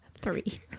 three